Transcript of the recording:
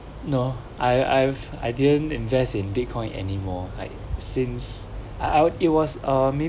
no I I've I didn't invest in bitcoin anymore like since I I was it was a